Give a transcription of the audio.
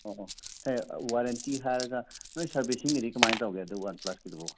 ꯑꯣ ꯑꯣ ꯍꯦ ꯋꯥꯔꯦꯟꯇꯤ ꯍꯥꯏꯔꯒ ꯅꯣꯏ ꯁꯥꯔꯕꯤꯁꯤꯡꯒꯤꯗꯤ ꯀꯃꯥꯏ ꯇꯧꯒꯦ ꯑꯗꯨ ꯋꯥꯟ ꯄ꯭ꯂꯁꯀꯤꯗꯨꯕꯨ